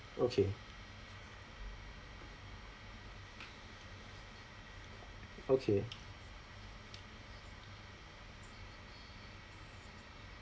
okay okay